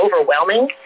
overwhelming